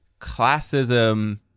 classism